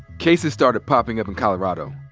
cases started popping up in colorado.